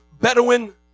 Bedouin